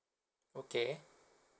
okay